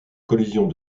collisions